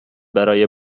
برای